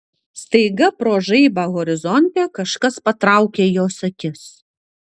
staiga pro žaibą horizonte kažkas patraukė jos akis